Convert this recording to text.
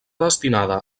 destinada